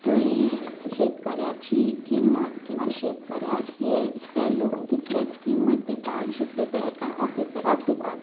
थंय शेतकऱ्याची किमंत किंवा शेतकऱ्याक हें तें लोक तितलींच किंमत दितात जितलें तें एका ऑफिसराक दितां